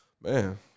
Man